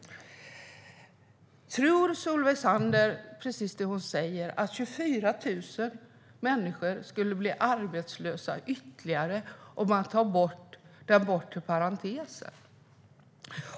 Tror Solveig Zander på det hon säger, att ytterligare 24 000 människor skulle bli arbetslösa om man tog bort den bortre parentesen?